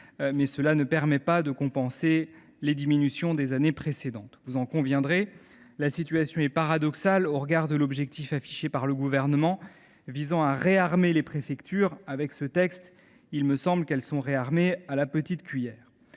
mais elle ne permet pas de compenser les diminutions des années précédentes. Vous en conviendrez, la situation est paradoxale au regard de l’objectif, affiché par le Gouvernement, de « réarmer » les préfectures. Si elles sont réarmées, c’est à la petite cuillère,